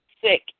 sick